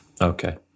Okay